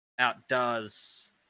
outdoes